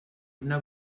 una